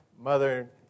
mother